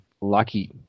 lucky